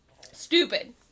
Stupid